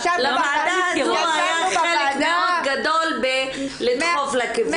לוועדה הזו היה חלק מאוד גדול בלדחוף לכיוון הזה.